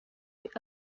est